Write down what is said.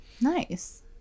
Nice